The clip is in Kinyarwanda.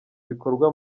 bikorwa